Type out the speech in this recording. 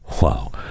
wow